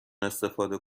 استفاده